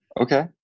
Okay